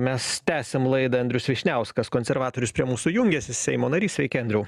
mes tęsiam laidą andrius vyšniauskas konservatorius prie mūsų jungiasi seimo narys sveiki andriau